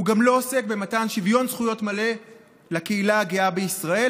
הוא גם לא עוסק במתן שוויון זכויות מלא לקהילה הגאה בישראל,